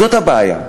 זאת הבעיה.